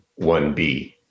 1B